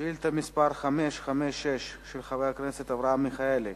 שאילתא מס' 556, של חבר הכנסת אברהם מיכאלי,